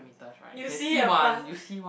you see a plas~